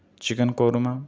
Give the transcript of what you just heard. chicken korma